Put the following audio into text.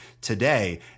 today